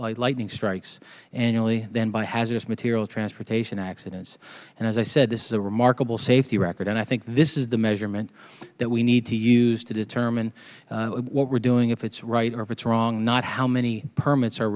by lightning strikes annually than by hazardous material transportation accidents and as i said this is a remarkable safety record and i think this is the measurement that we need to use to determine what we're doing if it's right or it's wrong not how many permits